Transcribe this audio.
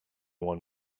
one